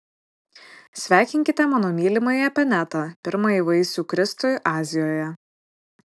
sveikinkite mano mylimąjį epenetą pirmąjį vaisių kristui azijoje